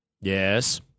Yes